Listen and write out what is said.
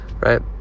right